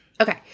Okay